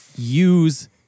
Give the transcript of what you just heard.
use